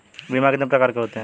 बीमा कितने प्रकार के होते हैं?